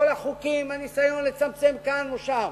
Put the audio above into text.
כל החוקים, הניסיון לצמצם כאן או שם,